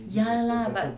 ya lah but